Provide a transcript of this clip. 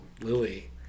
lily